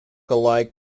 alike